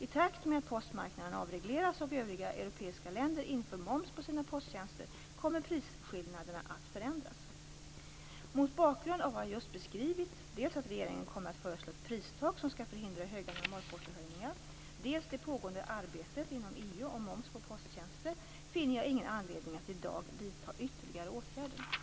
I takt med att postmarknaden avregleras och övriga europeiska länder inför moms på sina posttjänster kommer prisskillnaderna att förändras. Mot bakgrund av vad jag just beskrivit - dels att regeringen kommer att föreslå ett pristak som skall förhindra höga normalportohöjningar, dels det pågående arbetet inom EU om moms på posttjänster - finner jag ingen anledning att i dag vidta ytterligare åtgärder.